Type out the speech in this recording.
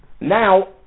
Now